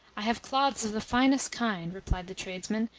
i have cloths of the finest kind, replied the tradesman,